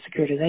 securitization